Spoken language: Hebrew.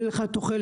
אין לך תוחלת,